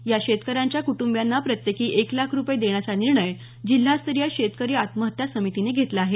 या शेतकऱ्यांच्या कुटंबियांना प्रत्येकी एक लाख रुपये देण्याचा निर्णय जिल्हास्तरीय शेतकरी आत्महत्या समितीने घेतला आहे